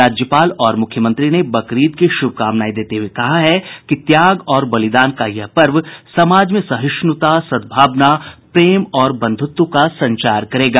राज्यपाल और मुख्यमंत्री ने बकरीद की शुभकामनाएं देते हुये कहा है कि त्याग और बलिदान का यह पर्व समाज में सहिष्णुता सद्भावना प्रेम और बधुंत्व का संचार करेगा